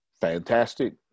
fantastic